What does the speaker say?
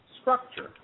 structure